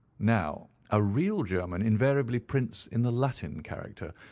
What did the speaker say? now, a real german invariably prints in the latin character,